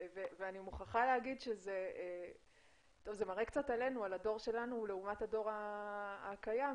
זה מראה על הדור שלנו לעומת הדור הקיים,